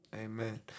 amen